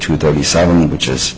to thirty seven which is